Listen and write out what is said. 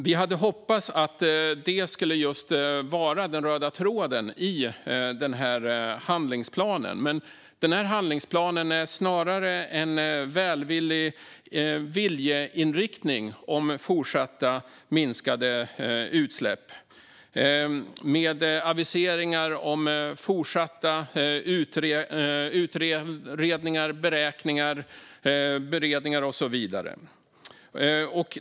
Vi hade hoppats att det skulle vara den röda tråden i handlingsplanen. Men denna handlingsplan är snarare en välvillig viljeinriktning om fortsatt minskade utsläpp och med aviseringar om fortsatta utredningar, beräkningar, beredningar och så vidare.